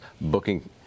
booking